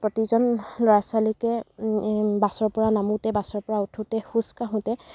প্ৰতিজন ল'ৰা ছোৱালীকে বাছৰপৰা নামোতে বাছৰপৰা উঠোঁতে খোজ কাঢ়োঁতে